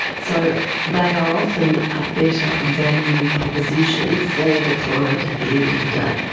so they are often a better value proposition for the client at the end of the day,